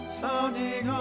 sounding